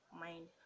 mind